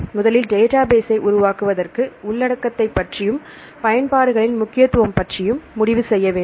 முதலில் டேட்டாபேஸ்ஸை உருவாக்குவதற்கு உள்ளடக்கத்தைப் பற்றியும் பயன்பாடுகளின் முக்கியத்துவம் பற்றியும் முடிவு செய்ய வேண்டும்